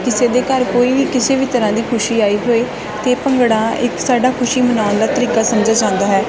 ਕਿਸੇ ਦੇ ਘਰ ਕੋਈ ਵੀ ਕਿਸੇ ਵੀ ਤਰ੍ਹਾਂ ਦੀ ਖੁਸ਼ੀ ਆਈ ਹੋਵੇ ਅਤੇ ਭੰਗੜਾ ਇੱਕ ਸਾਡਾ ਖੁਸ਼ੀ ਮਨਾਉਣ ਦਾ ਤਰੀਕਾ ਸਮਝਿਆ ਜਾਂਦਾ ਹੈ